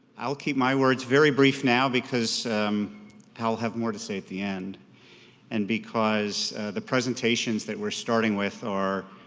i'll keep my words very brief now because i'll have more to say at the end and because the presentations that we're starting with will